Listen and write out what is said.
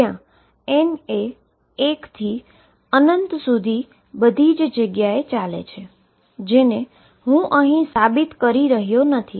જ્યાં n એ 1 થી ∞ સુધી બધી જ જગ્યાએ ચાલે છે જેને હું અહી સાબિત કરી રહ્યો નથી